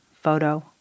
photo